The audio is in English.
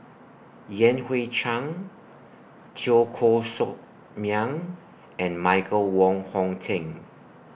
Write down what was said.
Yan Hui Chang Teo Koh Sock Miang and Michael Wong Hong Teng